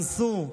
אנסו,